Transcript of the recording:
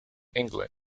england